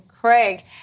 Craig